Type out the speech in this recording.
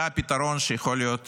זה הפתרון שיכול להיות